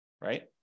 right